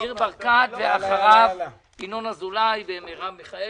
ניר ברקת ואחריו, ינון אזולאי ומרב מיכאלי.